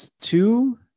two